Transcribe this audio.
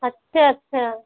अच्छा अच्छा